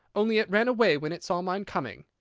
only it ran away when it saw mine coming!